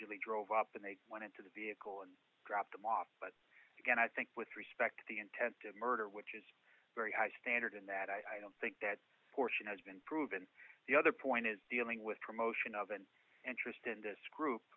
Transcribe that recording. y drove up and they went into the vehicle and dropped them off but again i think with respect the intent to murder which is very high standard in that i don't think that portion has been proven the other point is dealing with promotion of an interest in this